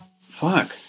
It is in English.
fuck